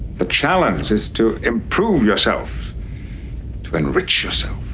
the challenge is to improve yourself to enrich yourself.